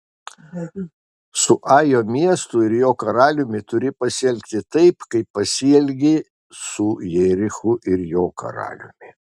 su ajo miestu ir jo karaliumi turi pasielgti taip kaip pasielgei su jerichu ir jo karaliumi